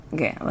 Okay